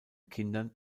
kindern